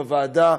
בוועדה.